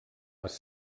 les